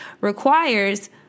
requires